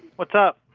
what's up?